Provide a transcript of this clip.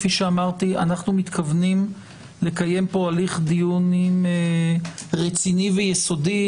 כאמור אנו מתכוונים לקיים פה הליך דיונים רציני ויסודי,